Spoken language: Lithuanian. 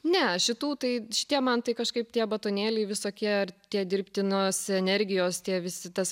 ne šitų tai šitie man tai kažkaip tie batonėliai visokie tie dirbtinos energijos tie visi tas